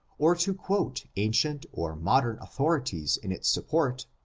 or to quote ancient or modern authorities in its support,